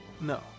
No